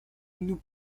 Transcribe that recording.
nous